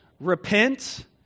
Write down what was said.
Repent